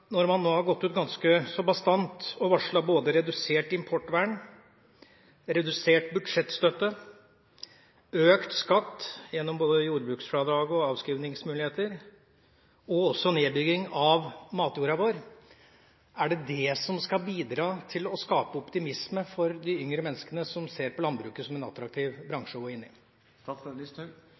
har gått ut ganske så bastant og varslet redusert importvern, redusert budsjettstøtte, økt skatt gjennom både jordbruksfradrag og avskrivningsmuligheter og også nedbygging av matjorda vår – er det det som skal bidra til å skape optimisme blant yngre mennesker som ser på landbruket som en attraktiv bransje å gå inn